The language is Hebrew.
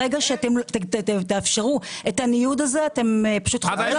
ברגע שתאפשרו את הניוד הזה- -- ההפך.